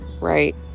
right